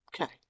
Okay